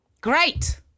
Great